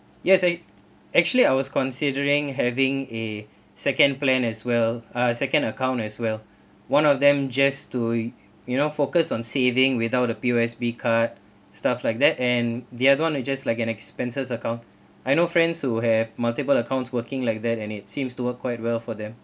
yes I actually I was considering having a second plan as well uh second account as well one of them just to you know focused on saving without the P_O_S_B card stuff like that and the other [one] will just like an expenses account I know friends who have multiple accounts working like that and it seems to work quite well for them